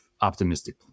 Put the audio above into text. optimistic